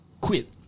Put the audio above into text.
quit